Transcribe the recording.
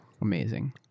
Amazing